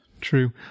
true